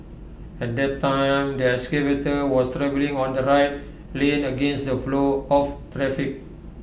at that time the excavator was travelling on the right lane against the flow of traffic